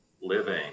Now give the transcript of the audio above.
living